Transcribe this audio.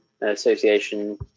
association